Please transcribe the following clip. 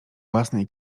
własnej